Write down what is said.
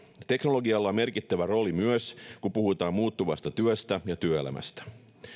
teknologialla on merkittävä rooli myös kun puhutaan muuttuvasta työstä ja työelämästä